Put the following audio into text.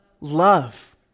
love